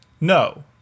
No